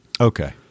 okay